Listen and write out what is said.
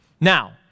Now